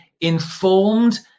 informed